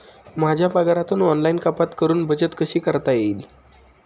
माझ्या पगारातून ऑनलाइन कपात करुन बचत कशी करता येईल?